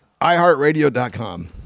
iHeartRadio.com